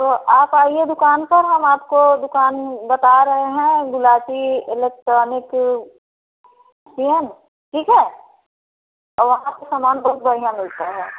तो आप आइए दुकान पर हम आपको दुकान बता रहे हैं गुलाटी इलेक्ट्रॉनिक ठीक है और वहाँ पे सामान बहुत बढ़िया मिलता है